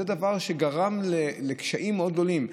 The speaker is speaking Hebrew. זה דבר שגרם לקשיים מאוד גדולים,